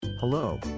Hello